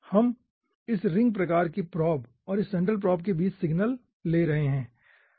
हम इस रिंग प्रकार की प्रोब और इस सेंट्रल प्रोब के बीच सिग्नल ले रहे हैं